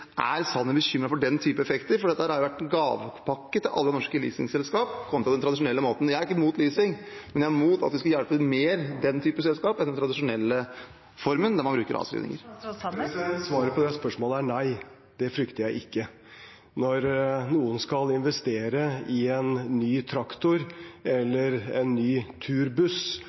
Er Sanner bekymret for den typen effekter? Dette har vært en gavepakke til alle norske leasingselskaper kontra den tradisjonelle måten. Jeg er ikke imot leasing, men jeg er imot at vi skal hjelpe den type selskaper mer enn den tradisjonelle formen, der man bruker avskrivninger. Svaret på det spørsmålet er nei. Det frykter jeg ikke. Når noen skal investere i en ny traktor, en ny turbuss eller en ny